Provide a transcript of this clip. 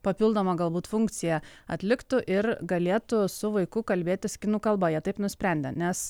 papildomą galbūt funkciją atliktų ir galėtų su vaiku kalbėtis kinų kalba jie taip nusprendė nes